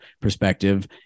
perspective